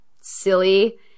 silly